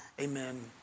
Amen